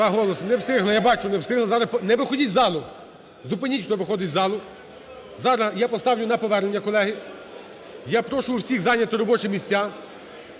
Не встигли, я бачу, не встигли, зараз… Не виходіть із залу, зупиніть, хто виходить із залу. Зараз я поставлю на повернення, колеги. Я прошу всіх зайняти робочі місця,